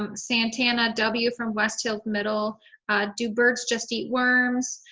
um santana w. from west hills middle do birds just eat worms?